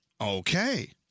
Okay